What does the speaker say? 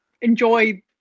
enjoy